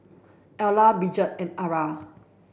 Ayla Brigid and Arra